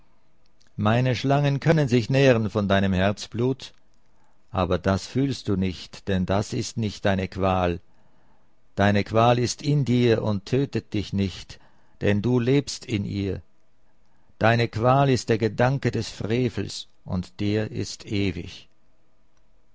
meine schlangen können sich nähren von deinem herzblut aber das fühlst du nicht denn das ist nicht deine qual deine qual ist in dir und tötet dich nicht denn du lebst in ihr deine qual ist der gedanke des frevels und der ist ewig